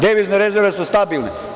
Devizne rezerve su stabilne.